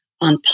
on